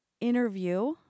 interview